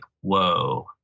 whoa